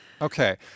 Okay